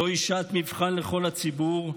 זוהי שעת מבחן לכל הציבור,